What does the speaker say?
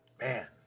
man